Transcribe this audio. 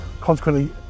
consequently